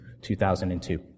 2002